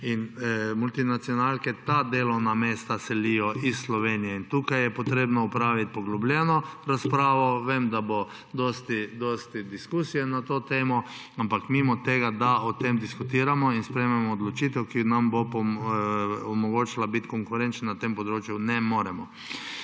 In multinacionalke ta delovna mesta selijo iz Slovenije in tukaj je treba opraviti poglobljeno razpravo. Vem, da bo dosti dosti diskusije na to temo, ampak mimo tega, da o tem diskutiramo in sprejmemo odločitev, ki nam bo omogočila biti konkurenčen na tem področju, ne moremo.